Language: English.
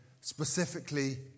specifically